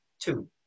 two